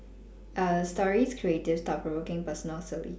err stories creative thought provoking personal silly